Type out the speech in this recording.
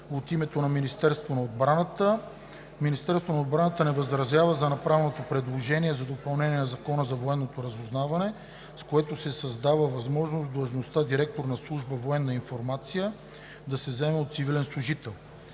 от името на Министерството на отбраната. Министерството на отбраната не възразява на направеното предложение за допълнение на Закона за военното разузнаване, с което се създава възможност длъжността директор на служба „Военна информация“ да се заема и от цивилен служител.